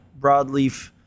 broadleaf